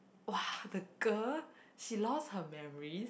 !wah! the girl she lost her memories